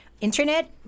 Internet